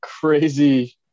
crazy